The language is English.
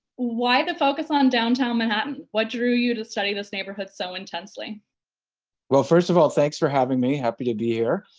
why the focus on downtown manhattan? what drew you to study this neighborhood so intensely? matt well, first of all thanks for having me, happy to be here.